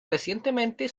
recientemente